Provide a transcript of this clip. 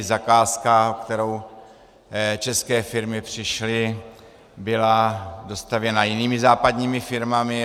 Zakázka, o kterou české firmy přišly, byla dostavěna jinými, západními firmami.